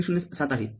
००७ आहे